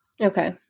Okay